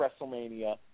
WrestleMania